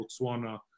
Botswana